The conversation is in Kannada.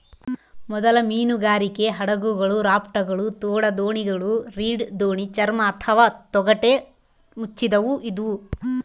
ಮೊದಲ ಮೀನುಗಾರಿಕೆ ಹಡಗುಗಳು ರಾಪ್ಟ್ಗಳು ತೋಡುದೋಣಿಗಳು ರೀಡ್ ದೋಣಿ ಚರ್ಮ ಅಥವಾ ತೊಗಟೆ ಮುಚ್ಚಿದವು ಇದ್ವು